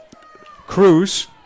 Cruz